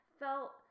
felt